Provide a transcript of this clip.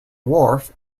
wharf